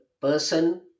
person